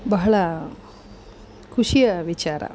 ಬಹಳ ಖುಷಿಯ ವಿಚಾರ